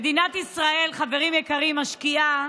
מדינת ישראל, חברים יקרים, משקיעה